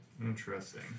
Interesting